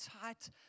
tight